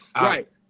right